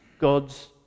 God's